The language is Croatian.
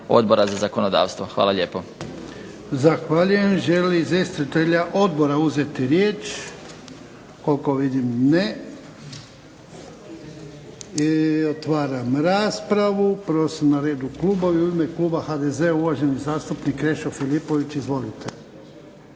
Odbora za zakonodavstvo. Hvala lijepo.